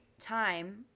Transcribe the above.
time